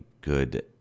good